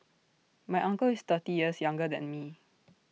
my uncle is thirty years younger than me